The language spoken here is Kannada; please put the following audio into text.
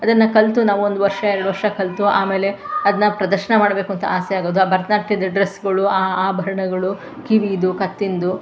ಅದನ್ನು ಕಲಿತು ನಾವು ಒಂದು ವರ್ಷ ಎರಡು ವರ್ಷ ಕಲಿತು ಆಮೇಲೆ ಅದನ್ನು ಪ್ರದರ್ಶನ ಮಾಡಬೇಕು ಅಂತ ಆಸೆ ಆಗೋದು ಆ ಭರತನಾಟ್ಯದ ಡ್ರೆಸ್ಸುಗಳು ಆ ಆಭರಣಗಳು ಕಿವೀದು ಕತ್ತಿಂದು